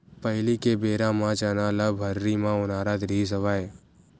पहिली के बेरा म चना ल भर्री म ओनारत रिहिस हवय